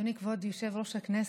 אדוני כבוד יושב-ראש הכנסת,